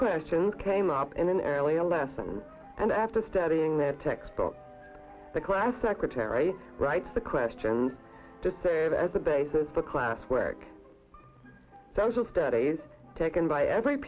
questions came up in an earlier lesson and after studying their textbooks the class secretary writes the questions as a basis for class work social studies taken by every